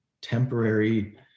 temporary